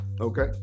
Okay